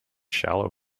shallow